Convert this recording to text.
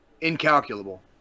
incalculable